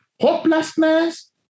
hopelessness